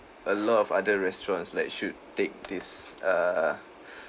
a lot of other restaurants like should take this err